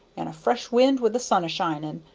and a fresh wind with the sun a-shining,